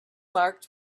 marked